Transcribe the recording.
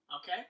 Okay